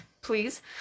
Please